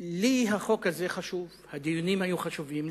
לי החוק הזה חשוב, הדיונים היו חשובים.